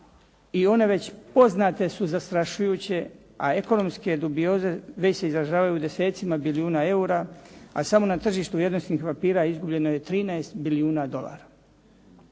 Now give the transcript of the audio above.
i one već poznate su zastrašujuće, a ekonomske dubioze već se izražavaju u desecima bilijuna eura, a samo na tržištu vrijednosnih papira izgubljeno je 13 milijuna dolara.